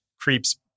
creeps